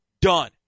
Done